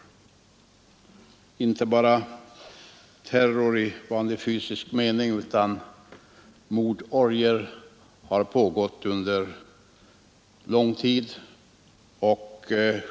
Inte bara terror i vanlig, fysisk mening utan verkliga mordorgier har pågått under lång tid.